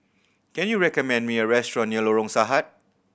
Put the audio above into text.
can you recommend me a restaurant near Lorong Sahad